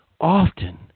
often